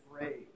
afraid